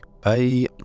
Bye